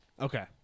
Okay